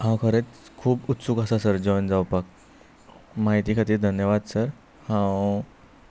हांव खरेंच खूब उत्सूक आसा सर जॉयन जावपाक म्हायती खातीर धन्यवाद सर हांव